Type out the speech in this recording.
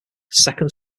second